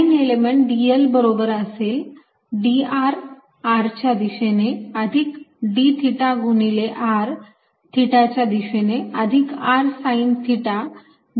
line element dl बरोबर असेल dr r च्या दिशेने अधिक d थिटा गुणिले r थिटा च्या दिशेने अधिक r sine theta d phi phi च्या दिशेने